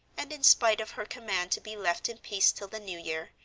and in spite of her command to be left in peace till the new year,